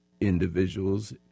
individuals